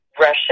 Russia